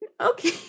Okay